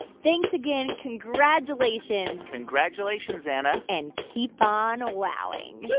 thanks again. congratulations congratulations, zana and keep on wowing yeah